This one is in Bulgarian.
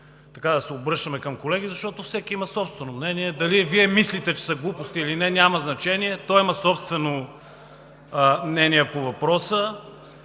така да се обръщаме към колеги, защото всеки има собствено мнение, дали Вие мислите, че са глупости, или не, няма значение. Той има собствено мнение по въпроса.